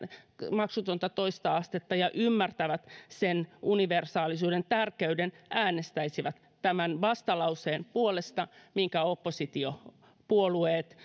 maksutonta toista astetta ja ymmärtävät sen universaalisuuden tärkeyden äänestäisivät tämän vastalauseen puolesta minkä oppositiopuolueet